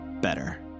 better